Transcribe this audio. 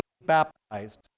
baptized